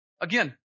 again